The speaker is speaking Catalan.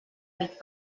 nit